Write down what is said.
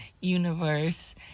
universe